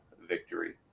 victory